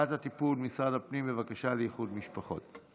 הקפאת טיפול משרד הפנים בבקשות לאיחוד משפחות.